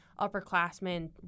upperclassmen